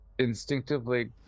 Instinctively